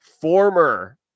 former